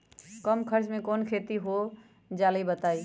कम खर्च म कौन खेती हो जलई बताई?